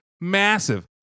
massive